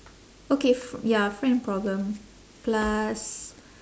okay f~ ya friend problem plus